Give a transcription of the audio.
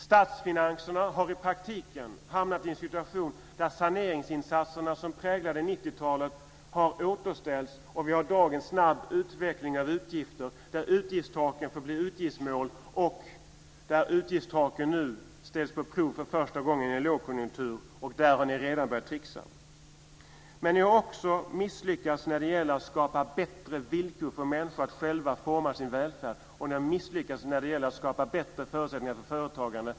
Statsfinanserna har i praktiken hamnat i en situation där de saneringsinsatser som präglade 90-talet har återställts, och vi har i dag en snabb utveckling av utgifter där utgiftstaken får bli utgiftsmål och där utgiftstaken nu för första gången ställs på prov i en lågkonjunktur. Där har ni redan börjat tricksa. Ni har också misslyckats med att skapa bättre villkor för människor att själva forma sin välfärd, och ni har misslyckats med att skapa bättre förutsättningar för företagande.